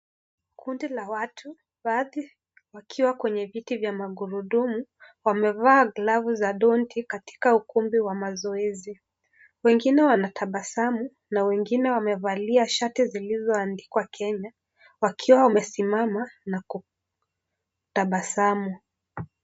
Kundi la watu, baadhi wakiwa kwenye viti vya mangurudumu .wamevaa glavu za dondi katika ukumbi wa mazoezi. Wengine wanatabasamu na wengine wamevalia shati zilizoandikwa Kenya, wakiwa wamesimama na kutabasamu.